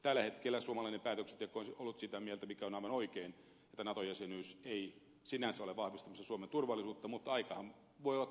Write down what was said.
tällä hetkellä suomalainen päätöksenteko on ollut sitä mieltä mikä on aivan oikein että nato jäsenyys ei sinänsä ole vahvistamassa suomen turvallisuutta mutta aikahan voi olla toinen